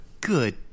Good